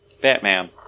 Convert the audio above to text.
Batman